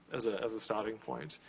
as ah as a starting point?